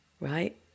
right